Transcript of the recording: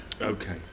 Okay